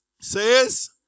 says